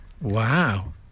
Wow